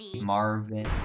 Marvin